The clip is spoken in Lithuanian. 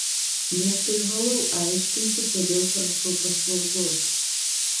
neprivalau aiškinti kodėl prašau paslaugos